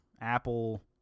Apple